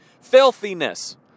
Filthiness